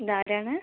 ഇത് ആരാണ്